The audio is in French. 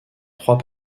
trois